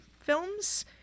films